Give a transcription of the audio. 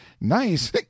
Nice